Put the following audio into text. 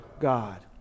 God